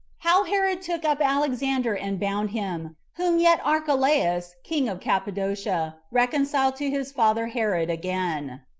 how herod took up alexander and bound him whom yet archelaus king of cappadocia reconciled to his father herod again.